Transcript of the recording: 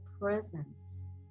presence